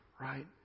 right